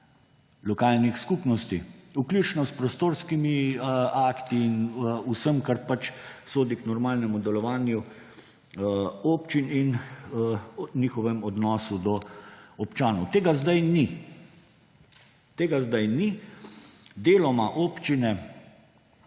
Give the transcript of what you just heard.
lokalnih skupnosti, vključno s prostorskimi akti in vsem, kar pač sodi k normalnemu delovanju občin in njihovemu odnosu do občanov. Tega zdaj ni. Tega zdaj ni. Deloma občine